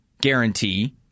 guarantee